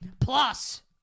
Plus